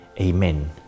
Amen